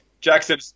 Jackson